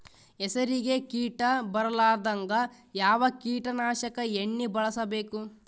ಹೆಸರಿಗಿ ಕೀಟ ಬರಲಾರದಂಗ ಯಾವ ಕೀಟನಾಶಕ ಎಣ್ಣಿಬಳಸಬೇಕು?